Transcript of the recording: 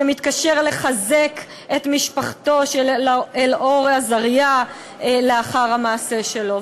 שמתקשר לחזק את משפחתו של אלאור אזריה לאחר המעשה שלו.